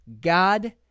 God